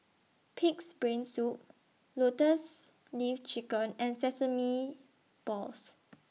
Pig'S Brain Soup Lotus Leaf Chicken and Sesame Balls